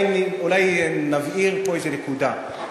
אולי נבהיר פה איזה נקודה.